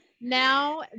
Now